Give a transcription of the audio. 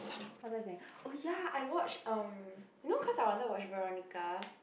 what was I saying oh ya I watch um you know cause I wanted watch Veronica